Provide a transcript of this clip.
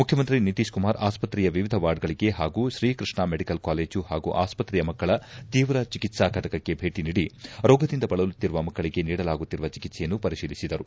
ಮುಖ್ಲಮಂತ್ರಿ ನಿತೀಶ್ ಕುಮಾರ್ ಆಸ್ಪತ್ರೆಯ ವಾರ್ಡ್ಗಳಿಗೆ ಹಾಗೂ ಶ್ರೀ ಕೃಷ್ಣಾ ಮೆಡಿಕಲ್ ಕಾಲೇಜು ಹಾಗೂ ಆಸ್ಪತ್ರೆಯ ಮಕ್ಕಳ ತೀವ್ರ ಚಿಕಿತ್ತಾ ಫಟಕಕ್ಕೆ ಭೇಟ ನೀಡಿ ರೋಗದಿಂದ ಬಳಲುತ್ತಿರುವ ಮಕ್ಕಳಿಗೆ ನೀಡಲಾಗುತ್ತಿರುವ ಚಿಕಿತ್ಸೆಯನ್ನು ಪರಿಶೀಲಿಸಿದರು